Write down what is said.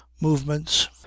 movements